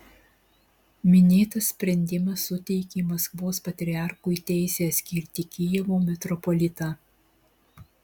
minėtas sprendimas suteikė maskvos patriarchui teisę skirti kijevo metropolitą